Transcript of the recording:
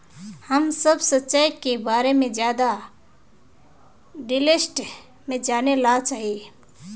हम सब सिंचाई के बारे में ज्यादा डिटेल्स में जाने ला चाहे?